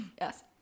Yes